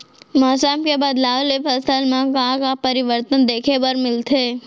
मौसम के बदलाव ले फसल मा का का परिवर्तन देखे बर मिलथे?